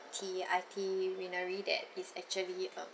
the itinerary that is actually um